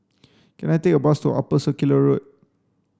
can I take a bus to Upper Circular Road